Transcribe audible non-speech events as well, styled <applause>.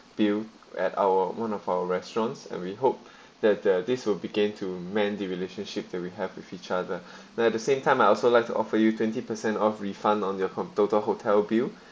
bill at our one of our restaurants and we hope <breath> that uh this will begin to mend the relationship that we have with each other <breath> and at the same time I'd also like to offer you twenty per cent of refund on your from total hotel bill